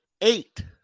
eight